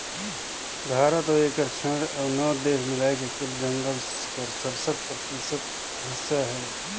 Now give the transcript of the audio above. भारत अउ एकर छोंएड़ अउ नव देस मिलाए के कुल जंगल कर सरसठ परतिसत हिस्सा अहे